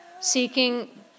seeking